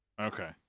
Okay